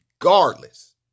regardless